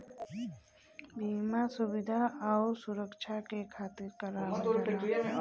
बीमा सुविधा आउर सुरक्छा के खातिर करावल जाला